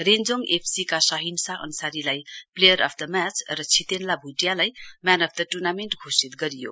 Renjyong FC का साहिनशाह अन्सरीलाई player of the match र छितेनला भुटियालाई म्यान अफ द ट्र्नामेण्ट घोषित गरियो